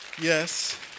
Yes